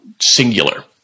singular